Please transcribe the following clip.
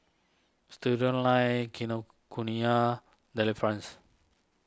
Studioline Kinokuniya Delifrance